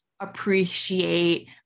appreciate